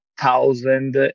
thousand